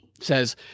says